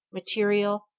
material,